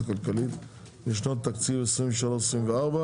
בפרק ד' (גז טבעי),